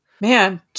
Man